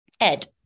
Ed